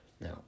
Now